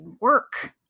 work